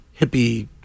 hippie